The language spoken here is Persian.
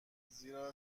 زیرا